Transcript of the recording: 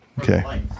Okay